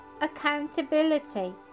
accountability